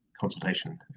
consultation